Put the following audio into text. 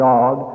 God